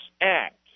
act